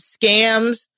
scams